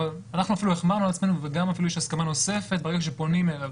אבל אנחנו אפילו החמרנו על עצמנו ויש הסכמה נוספת ברגע שפונים אליו.